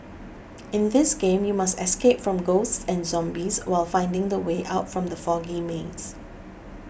in this game you must escape from ghosts and zombies while finding the way out from the foggy maze